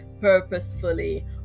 purposefully